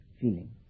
feeling